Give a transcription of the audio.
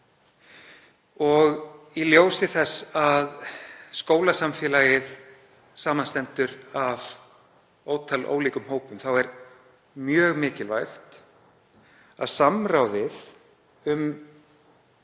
Í ljósi þess að skólasamfélagið samanstendur af ótal ólíkum hópum er mjög mikilvægt að samráðið um